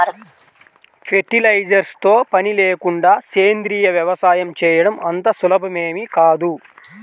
fertilisers తో పని లేకుండా సేంద్రీయ వ్యవసాయం చేయడం అంత సులభమేమీ కాదు